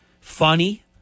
funny